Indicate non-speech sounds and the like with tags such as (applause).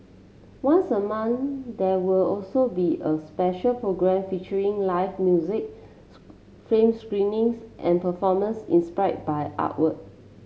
once a month there will also be a special programme featuring live music (hesitation) film screenings and performance inspired by artwork